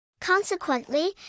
Consequently